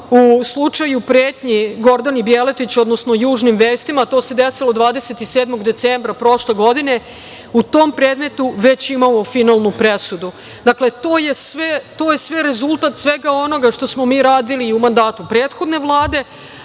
u slučaju pretnji Gordani Djeletić, odnosno Južnim vestima, to se desilo 27. decembra prošle godine. U tom predmetu već imamo finalnu presudu. Dakle, to je rezultat svega onoga što smo mi radili u mandatu prethodne vlade,